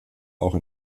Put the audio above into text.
auch